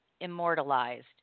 immortalized